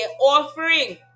offering